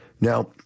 now